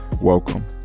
welcome